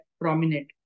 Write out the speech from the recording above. prominent